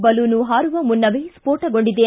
ಬಲೂನ ಹಾರುವ ಮುನ್ನವೇ ಸ್ತೋಟಗೊಂಡಿದೆ